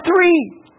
three